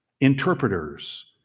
interpreters